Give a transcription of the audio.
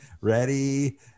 ready